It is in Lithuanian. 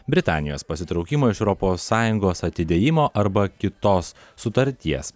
britanijos pasitraukimo iš europos sąjungos atidėjimo arba kitos sutarties